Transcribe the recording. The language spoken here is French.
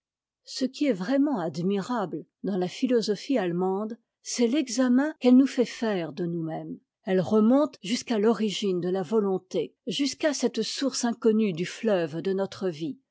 ce qui est vraiment admirable dans la philosophie allemande c'est l'examen qu'elle nous fait faire de nous-mêmes elle remonte jusqu'à l'origine de la volonté jusqu'à cette source inconnue du fleuve de notre vie